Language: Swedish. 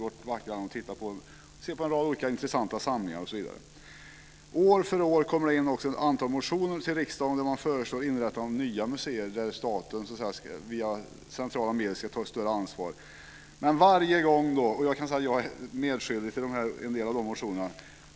De kan se på en rad intressanta samlingar osv. År efter år kommer det in ett antal motioner till riksdagen där man föreslår inrättande av nya museer, där staten via centrala medel ska ta ett större ansvar - jag kan säga att jag är medskyldig till en del av de motionerna.